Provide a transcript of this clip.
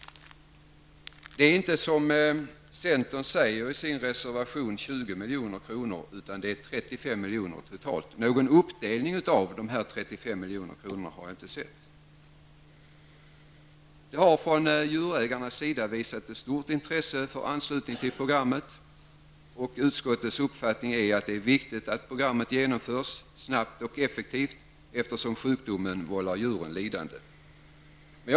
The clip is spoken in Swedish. Det är inte totalt 20 milj.kr. som centern säger i sin reservation 44, utan det är 35 milj.kr. Någon uppdelning av dessa 35 milj.kr. har jag inte sett. Djurägarna har visat stort intresse för en anslutning till programmet. Utskottets uppfattning är att det är viktigt att programmet genomförs snabbt och effektivt, eftersom sjukdomarna vållar djuren lidanden.